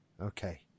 okay